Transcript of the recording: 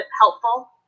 helpful